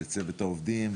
לצוות העובדים,